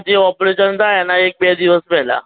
જે ઓપરેશન થાય એના એક બે દિવસ પહેલાં